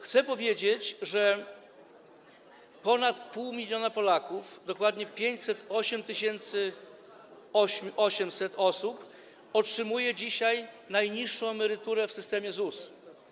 Chcę powiedzieć, że ponad pół miliona Polaków, dokładnie 508 800 osób, otrzymuje dzisiaj najniższą emeryturę w systemie ZUS.